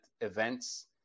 events